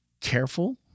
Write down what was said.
careful